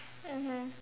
mmhmm